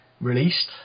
released